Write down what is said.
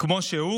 כמו שהוא,